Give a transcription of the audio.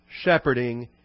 shepherding